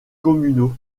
communaux